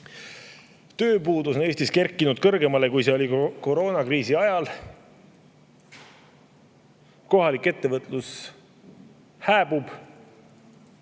Tööpuudus on Eestis kerkinud kõrgemale, kui see oli koroonakriisi ajal, kohalik ettevõtlus hääbub.